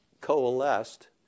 coalesced